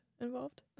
involved